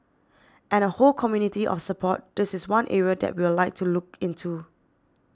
and the whole community of support this is one area that we'll like to look into